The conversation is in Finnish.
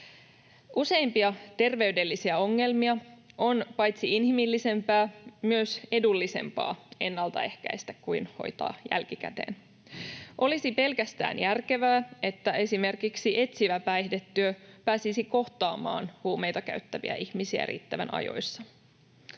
Useimpia terveydellisiä ongelmia on paitsi inhimillisempää myös edullisempaa ennalta ehkäistä kuin hoitaa jälkikäteen. Olisi pelkästään järkevää, että esimerkiksi etsivä päihdetyö pääsisi kohtaamaan huumeita käyttäviä ihmisiä riittävän ajoissa.